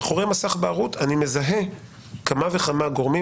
מאחורי מסך בערות אני מזהה כמה וכמה גורמים,